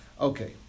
Okay